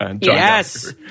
Yes